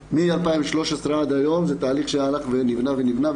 השנים 2013 ועד היום, זה תהלך שהלך ונבנה ונבנה.